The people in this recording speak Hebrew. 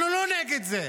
אנחנו לא נגד זה,